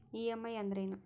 EMI ಅಂದ್ರೇನು?